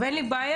אין לי בעיה,